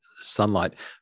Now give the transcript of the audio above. sunlight